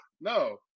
No